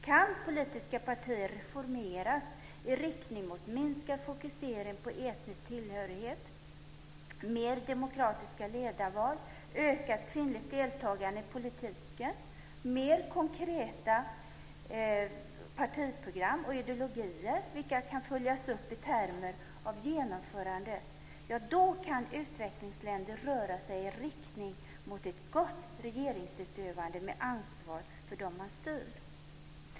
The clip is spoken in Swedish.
Kan politiska partier reformeras i riktning mot minskad fokusering på etnisk tillhörighet, mer demokratiska ledarval, ökat kvinnligt deltagande i politiken, mer konkreta partiprogram och ideologier som kan följas upp i termer av genomförande; ja, då kan utvecklingsländer röra sig i riktning mot ett gott regeringsutövande med ansvar för dem man styr.